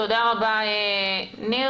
תודה רבה ניר.